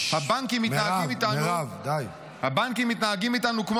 הבנקים מתנהגים איתנו --- ששש.